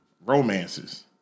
romances